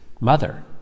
mother